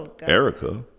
Erica